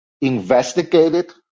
investigated